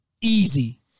easy